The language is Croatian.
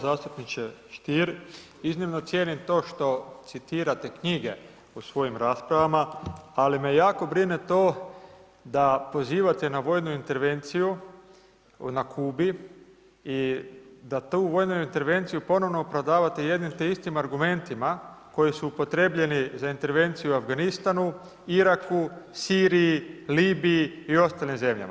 Zastupniče Stier, iznimno cijenim to što citirate knjige u svojim raspravama, ali me jako brine to da pozivate na vojnu intervenciju na Kubi i da tu vojnu intervenciju ponovo prodavate jednim te istim argumentima koji su upotrebljeni za intervenciju u Afganistanu, Iraku, Siriji, Libiji i ostalim zemljama.